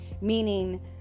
meaning